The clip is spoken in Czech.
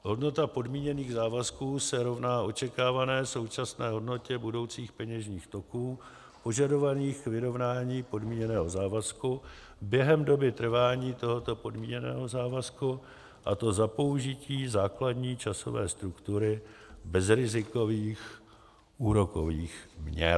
Hodnota podmíněných závazků se rovná očekávané současné hodnotě budoucích peněžních toků požadovaných k vyrovnání podmíněného závazku během doby trvání tohoto podmíněného závazku, a to za použití základní časové struktury bezrizikových úrokových měr.